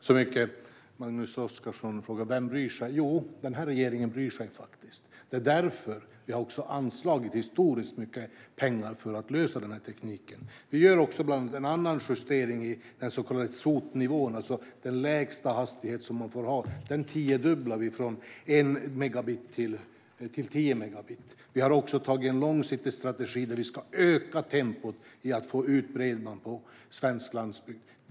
Herr talman! Magnus Oscarsson undrar vem som bryr sig. Den här regeringen bryr sig faktiskt. Därför har vi också anslagit historiskt mycket pengar till att lösa tekniken. Vi gör även en annan justering som gäller den så kallade SOT-nivån. Det handlar om den lägsta hastighet som man får ha. Vi tiodubblar den från en megabit till tio megabit. Vi har även beslutat om en långsiktig strategi som innebär att vi ska öka tempot för att få ut bredband på svensk landsbygd.